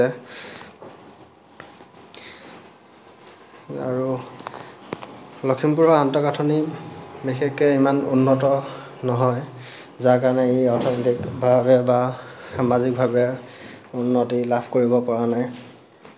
আৰু লখিমপুৰৰ আন্তঃগাঠনি বিশেষকৈ ইমান উন্নত নহয় যাৰ কাৰণে ই অৰ্থনৈতিকভাৱে বা সামাজিকভাৱে উন্নতি লাভ কৰিব পৰা নাই